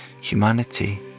humanity